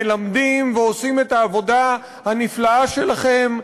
מלמדים ועושים את העבודה הנפלאה שלכם,